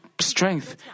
strength